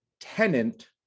Tenant